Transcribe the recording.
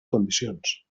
condicions